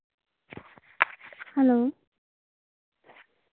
hello